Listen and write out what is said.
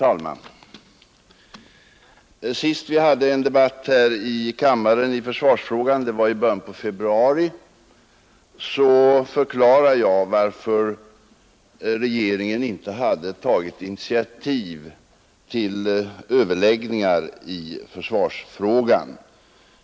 Herr talman! I den senaste debatten i försvarsfrågan här i riksdagen — det var i början av februari — förklarade jag varför regeringen inte hade tagit initiativ till överläggningar i försvarsfrågan.